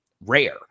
rare